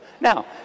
Now